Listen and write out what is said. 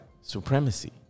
supremacy